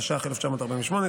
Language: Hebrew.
התש"ח 1948,